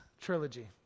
trilogy